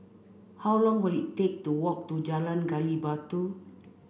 how long will it take to walk to Jalan Gali Batu